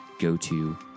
go-to